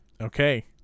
Okay